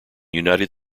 united